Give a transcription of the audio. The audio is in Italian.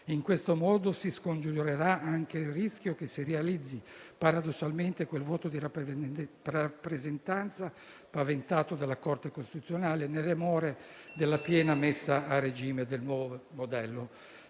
In questo modo si scongiurerà anche il rischio che si realizzi paradossalmente quel vuoto di rappresentanza paventato dalla Corte costituzionale, nelle more della piena messa a regime del nuovo modello